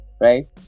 right